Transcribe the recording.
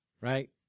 right